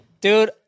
Dude